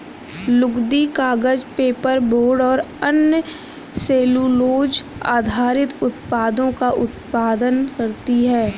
लुगदी, कागज, पेपरबोर्ड और अन्य सेलूलोज़ आधारित उत्पादों का उत्पादन करती हैं